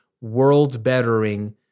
world-bettering